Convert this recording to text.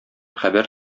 хәбәр